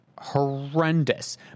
Horrendous